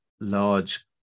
large